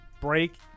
break